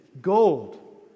Gold